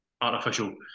artificial